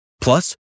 Plus